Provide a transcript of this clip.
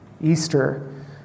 Easter